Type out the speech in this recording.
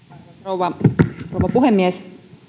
rouva puhemies